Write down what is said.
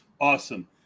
Awesome